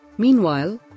Meanwhile